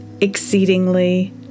exceedingly